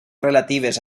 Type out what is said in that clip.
relatives